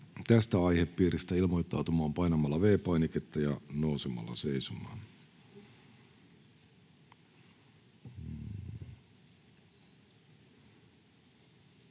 tästä aihepiiristä, ilmoittautumaan painamalla V-painiketta ja nousemalla seisomaan.